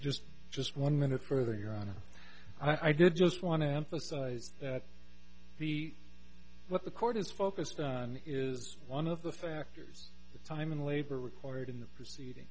just just one minute further your honor i did just want to emphasize that the what the court is focused on is one of the factors the time and labor required in the proceeding